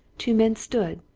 two men stood,